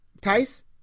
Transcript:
Tice